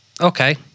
okay